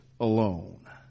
alone